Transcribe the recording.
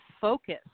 focus